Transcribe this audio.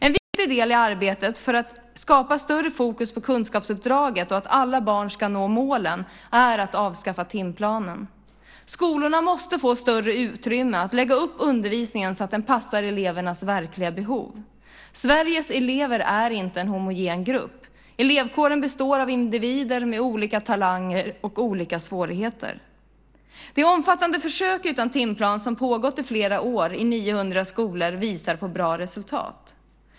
En viktig del i arbetet för att skapa större fokus på kunskapsuppdraget och att alla barn ska nå målen är att avskaffa timplanen. Skolorna måste få större utrymme att lägga upp undervisningen så att den passar elevernas verkliga behov. Sveriges elever är inte en homogen grupp. Elevkåren består av individer med olika talanger och olika problem. Det omfattande försök utan timplan som pågått i flera år i 900 skolor visar på bra resultat.